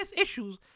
issues